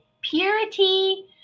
purity